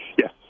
Yes